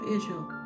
Israel